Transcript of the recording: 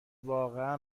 واقعا